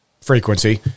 frequency